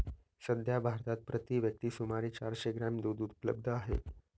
सध्या भारतात प्रति व्यक्ती सुमारे चारशे ग्रॅम दूध उपलब्ध आहे